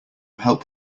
help